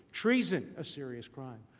treason. a serious crime.